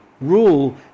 rule